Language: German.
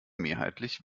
mehrheitlich